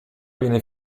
viene